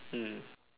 mm